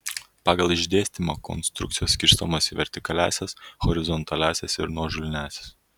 pagal išdėstymą konstrukcijos skirstomos į vertikaliąsias horizontaliąsias ir nuožulniąsias